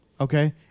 okay